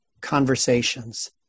conversations